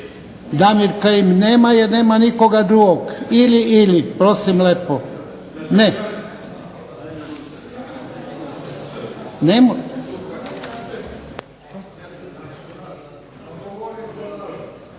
Damir Kajin. Nema jer nema nikoga drugog. Ili, ili prosim lepo. Ne.